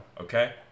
Okay